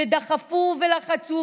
שדחפו ולחצו,